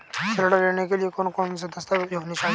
ऋण लेने के लिए कौन कौन से दस्तावेज होने चाहिए?